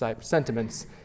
sentiments